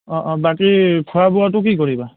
অঁ অঁ বাকী খোৱা বোৱাটো কি কৰিবা